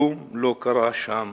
כלום לא קרה שם